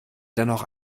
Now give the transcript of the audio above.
dennoch